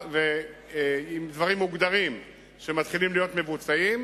עם דברים מוגדרים שמתחילים להיות מבוצעים.